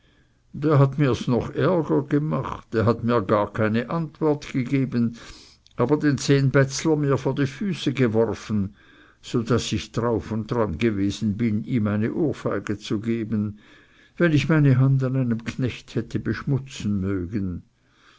der hat mirs noch ärger gemacht der hat mir gar keine antwort gegeben aber den zehnbätzler mir vor die füße geworfen so daß ich darauf und daran gewesen bin ihm eine ohrfeige zu geben wenn ich meine hand an einem knecht hätte beschmutzen mögen